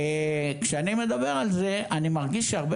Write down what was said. וכשאני מדבר על זה אני מרגיש שהרבה